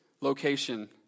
location